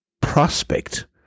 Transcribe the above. prospect